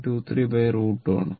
23 √ 2 ആണ്